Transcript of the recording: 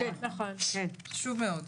חשוב מאוד.